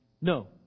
No